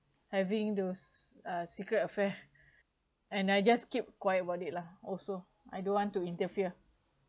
having those uh secret affair and I just keep quiet about it lah also I don't want to interfere